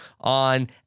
on